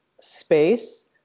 space